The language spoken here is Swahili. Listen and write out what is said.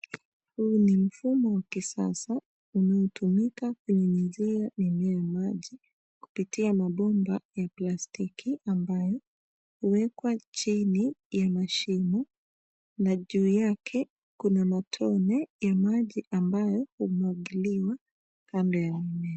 Huu ni mfumo wa kisasa unaotumika kunyunyizia mimea maji kupitia mabomba ya plastiki ambayo huwekwa chini ya mashimo na juu yake kuna matone ya maji ambayo humwagiliwa kando ya mimea.